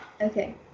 Okay